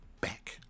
back